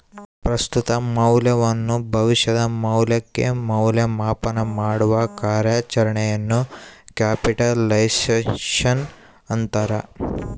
ಪ್ರಸ್ತುತ ಮೌಲ್ಯವನ್ನು ಭವಿಷ್ಯದ ಮೌಲ್ಯಕ್ಕೆ ಮೌಲ್ಯ ಮಾಪನಮಾಡುವ ಕಾರ್ಯಾಚರಣೆಯನ್ನು ಕ್ಯಾಪಿಟಲೈಸೇಶನ್ ಅಂತಾರ